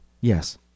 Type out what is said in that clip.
Yes